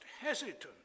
hesitant